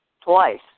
twice